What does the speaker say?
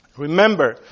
Remember